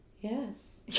Yes